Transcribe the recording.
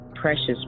precious